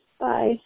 Bye